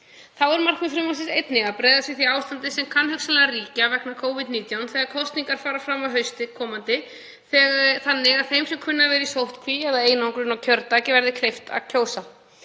Þá er markmið frumvarpsins einnig að bregðast við því ástandi sem kann hugsanlega að ríkja vegna Covid-19 þegar kosningar fara fram á hausti komanda þannig að þeim sem kunna að vera í sóttkví eða einangrun á kjördag verði gert kleift að kjósa.